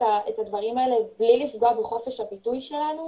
הדברים האלה בלי לפגוע בחופש הביטוי שלנו